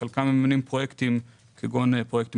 שבחלקם מממנים פרויקטים כגון פרויקטים